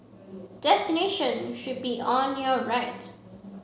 destination should be on your right